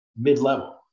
mid-level